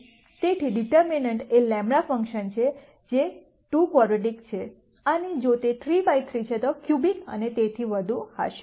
તેથી ડિટર્મનન્ટ એ λ ફંક્શન છે જે ₂ ક્વોડ્રેટિક છે અને જો તે 3 બાય 3 છે તો તે ક્યુબિક અને તેથી વધુ હશે